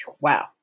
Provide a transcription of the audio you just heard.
wow